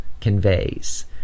conveys